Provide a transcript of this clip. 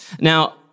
Now